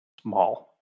small